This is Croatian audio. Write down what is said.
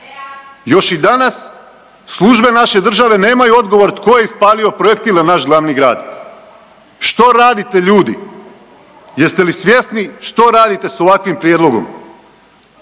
Još i danas službe naše države nemaju odgovor tko je ispalio projektile na naš glavni grad. Što radite ljudi, jeste li svjesni što radite s ovakvim prijedlogom?